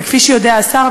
כפי שיודע השר,